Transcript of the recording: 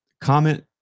comment